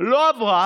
לא עברה.